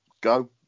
Go